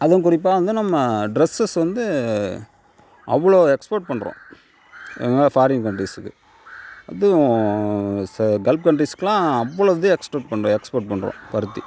அதுவும் குறிப்பாக வந்து நம்ம ட்ரெஸஸ் வந்து அவ்வளோ எக்ஸ்போட் பண்ணுறோம் எங்கே ஃபாரின் கன்ட்ரீஸ்க்கு அதுவும் பல்க் கன்ட்ரீஸ்குலாம் அவ்வளோது எக்ஸ்போட் பண்ணுறோம் எக்ஸ்போர்ட் பண்ணுறோம் பருத்தி